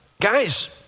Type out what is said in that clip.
guys